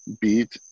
beat